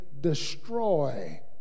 destroy